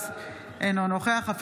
אינו נוכח מנסור עבאס,